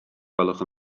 gwelwch